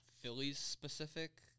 Phillies-specific